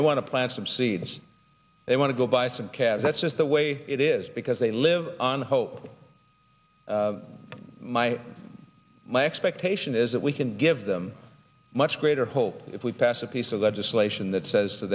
they want to plant some seeds they want to go bison calves that's just the way it is because they live on hope my my expectation is that we can give them much greater whole if we pass a piece of legislation that says to